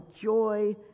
joy